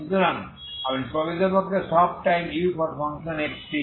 সুতরাং আপনি প্রকৃতপক্ষে সব টাইম uxt